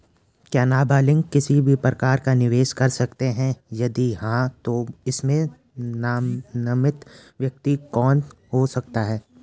क्या नबालिग किसी भी प्रकार का निवेश कर सकते हैं यदि हाँ तो इसमें नामित व्यक्ति कौन हो सकता हैं?